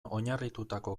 oinarritutako